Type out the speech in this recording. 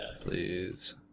Please